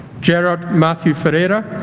gerrard matthew ferreira